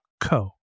co